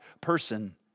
person